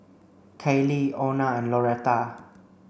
Kaylie Ona and Loretta